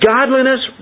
Godliness